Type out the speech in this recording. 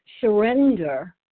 surrender